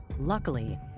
Luckily